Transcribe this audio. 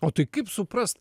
o tai kaip suprast